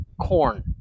Corn